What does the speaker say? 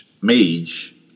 mage